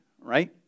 right